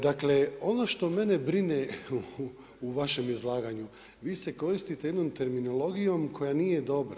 Dakle, ono što mene brine u vašem izlaganju, vi se koristite jednom terminologijom, koja nije dobra.